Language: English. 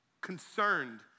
concerned